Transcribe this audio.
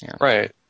Right